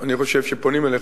אני חושב שפונים אליך.